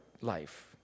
life